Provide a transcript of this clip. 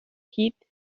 heed